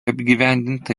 apgyvendinta